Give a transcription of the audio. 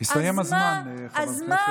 הסתיים הזמן, חברת הכנסת שרן השכל.